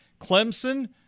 Clemson